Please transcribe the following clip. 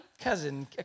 cousin